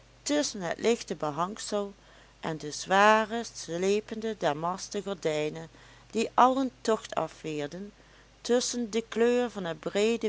tusschen het lichte behangsel en de zware slepende damasten gordijnen die allen tocht afweerden tusschen de kleur van het breede